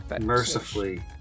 Mercifully